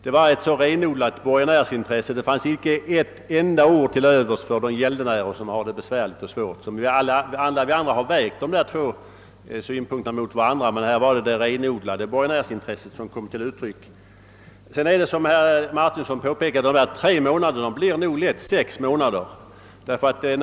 et var ett renodlat borgenärsintresse Som kom fram, och det fanns inte ett enda ord till övers för de gäldenärer Som har det besvärligt och svårt. Alla YI andra har vägt dessa synpunkter mot varandra, men hos fru Kristensson kom bara det renodlade borgenärsintresset till uttryck. Som herr Martinsson påpekade blir de tre månaderna lätt sex månader, herr Gustafsson i Borås.